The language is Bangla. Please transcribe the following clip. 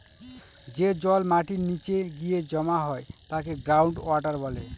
যে জল মাটির নীচে গিয়ে জমা হয় তাকে গ্রাউন্ড ওয়াটার বলে